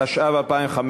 התשע"ו 2015,